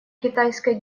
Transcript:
китайской